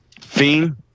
Fiend